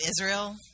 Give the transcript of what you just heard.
Israel